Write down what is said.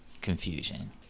confusion